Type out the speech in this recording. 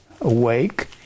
Awake